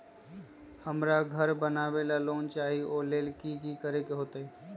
हमरा घर बनाबे ला लोन चाहि ओ लेल की की करे के होतई?